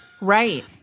Right